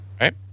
Right